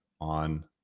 on